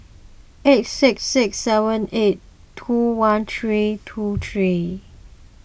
eight six six seven eight two one three two three